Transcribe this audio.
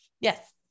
Yes